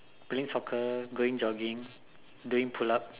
playing soccer going jogging doing pull up